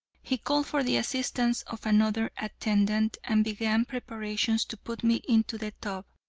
he called for the assistance of another attendant, and began preparations to put me into the tub.